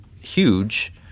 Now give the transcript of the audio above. Huge